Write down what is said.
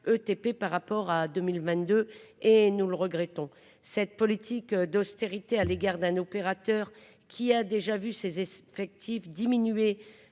par rapport à 2022, et nous le regrettons cette politique d'austérité à l'égard d'un opérateur qui a déjà vu ses effectifs diminuer